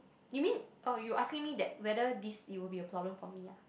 it means oh you asking me that whether this it will be a problem for me ah